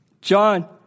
John